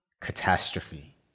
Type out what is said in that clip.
catastrophe